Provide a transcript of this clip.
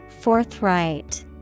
Forthright